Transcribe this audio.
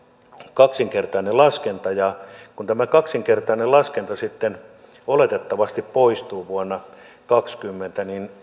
kaksinkertainen laskenta ja kun tämä kaksinkertainen laskenta oletettavasti poistuu vuonna kaksikymmentä niin